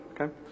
Okay